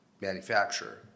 manufacturer